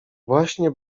właśnie